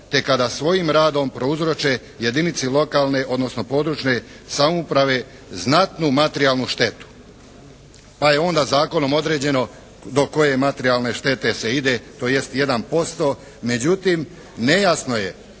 te kada svojim radom prouzroče jedinici lokalne, odnosno područne samouprave znatnu materijalnu štetu, pa je onda zakonom određeno do koje materijalne štete se ide, tj. jedan posto. Međutim, nejasno je